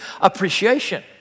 appreciation